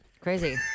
Crazy